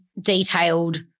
detailed